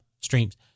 streams